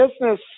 business